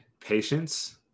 patience